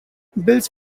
bills